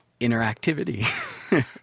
interactivity